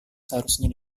seharusnya